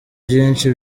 byinshi